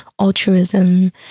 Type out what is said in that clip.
altruism